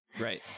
Right